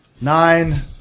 Nine